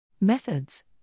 Methods